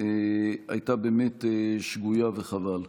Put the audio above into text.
הייתה באמת שגויה, וחבל.